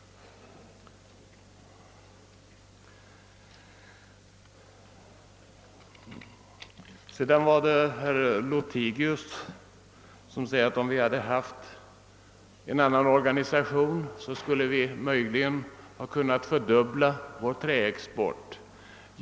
Herr Lothigius sade, att om vi hade haft en annan organisation, skulle vi möjligen ha kunnat fördubbla vår träexport.